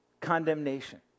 condemnation